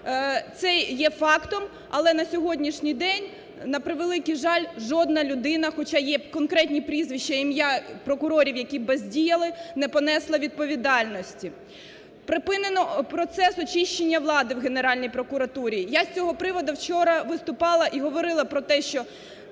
це є фактом, але на сьогоднішній день, на превеликий жаль, жодна людина, хоча є конкретні прізвища, ім'я прокурорів, які бездіяли, не понесла відповідальності. Припинено процес очищення влади в Генеральній прокуратурі. Я з цього приводу вчора виступала і говорила про те, що